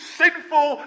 sinful